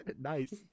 Nice